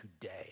today